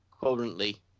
currently